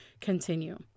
continue